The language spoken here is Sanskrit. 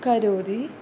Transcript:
करोति